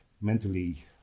mentally